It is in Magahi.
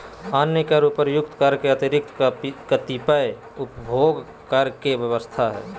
अन्य कर उपर्युक्त कर के अतिरिक्त कतिपय उपभोग कर के व्यवस्था ह